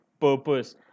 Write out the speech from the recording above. purpose